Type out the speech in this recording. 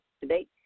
Today